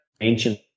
ancient